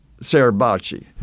Sarabachi